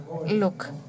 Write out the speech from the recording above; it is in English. Look